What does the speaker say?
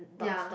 ya